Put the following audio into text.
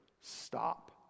stop